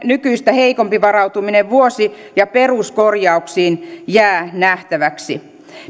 nykyistä heikompi varautuminen vuosi ja peruskorjauksiin jää nähtäväksi